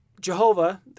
Jehovah